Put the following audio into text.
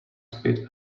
speed